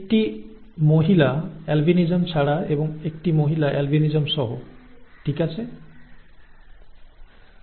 একটি মহিলা অ্যালবিনিজম ছাড়া একটি পুরুষ অ্যালবিনিজম সহ এরা দুজন বিবাহ করে এবং তাদের দুটি বাচ্চা হয় একটি মহিলা অ্যালবিনিজম ছাড়া এবং অ্যালবিনিজম সহ একটি মহিলা